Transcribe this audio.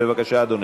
בבקשה, אדוני.